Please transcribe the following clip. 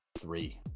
three